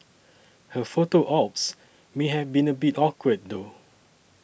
her photo ops may have been a bit awkward though